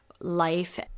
life